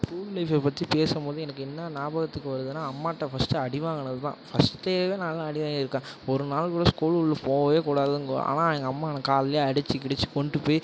school லைஃப்பை பற்றி பேசும் போது எனக்கு என்ன ஞாபகத்துக்கு வருதுன்னா அம்மாகிட்ட ஃபர்ஸ்ட்டு அடி வாங்கினது தான் ஃபர்ஸ்ட் டேவே நான்லாம் அடி வாங்கிருக்கேன் ஒரு நாள் கூட ஸ்கூல் உள்ள போகவே கூடாதுங்குவேன் ஆனால் எங்கள் அம்மா என்ன காலையில் அடிச்சு கிடிச்சு கொண்டுட்டு போய்